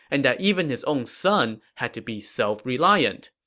and that even his own son had to be self-reliant.